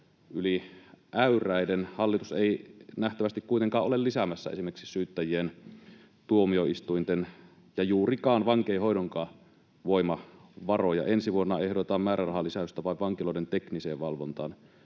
yli äyräiden. Hallitus ei nähtävästi kuitenkaan ole lisäämässä esimerkiksi syyttäjien, tuomioistuinten eikä juurikaan vankeinhoidonkaan voimavaroja. Ensi vuonna ehdotetaan määrärahalisäystä vain vankiloiden tekniseen valvontaan